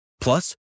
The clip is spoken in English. Plus